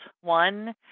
one